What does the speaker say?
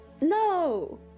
No